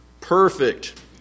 perfect